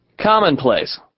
commonplace